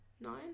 nine